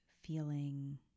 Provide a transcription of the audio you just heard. feeling